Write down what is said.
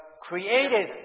created